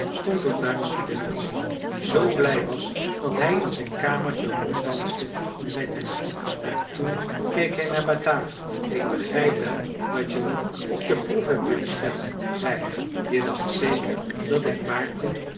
stond ook naar den student te zien die zoo blij was dat hij in zijn kamertje ronddanste in zijn hemd en toen keek hij naar bataki ik begrijp wel dat je me op de proef hebt willen stellen zei hij je dacht zeker dat ik maarten